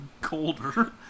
colder